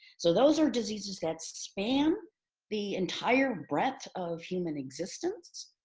so those are diseases that span the entire breadth of human existence,